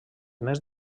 més